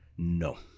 No